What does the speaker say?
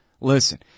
listen